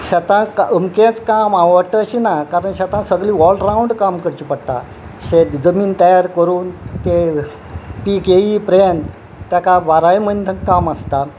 शेताक अमकेंच काम आवडटा अशी ना कारण शेतां सगळीं ऑल राउंड काम करचें पडटा शेत जमीन तयार करून ते पीक येय प्रेयंत ताका बाराय म्हयने काम आसता